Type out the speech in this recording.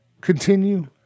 continue